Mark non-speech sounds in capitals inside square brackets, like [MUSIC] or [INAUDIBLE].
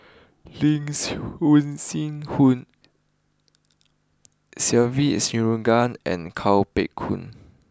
Lin [UNINTELLIGIBLE] Se Ve Shanmugam and Kuo Pao Kun